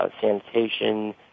sanitation